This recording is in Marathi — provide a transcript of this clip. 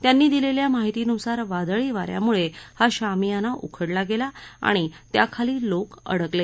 त्यांनी दिलेल्या माहितीनुसार वादळी वा यामुळे हा शामियाना उखडला गेला आणि त्याखाली लोक अडकले